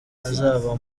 azaba